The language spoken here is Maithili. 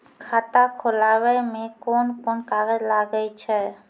खाता खोलावै मे कोन कोन कागज लागै छै?